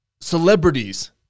celebrities